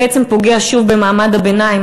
בעצם פוגע שוב במעמד הביניים,